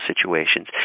situations